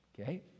Okay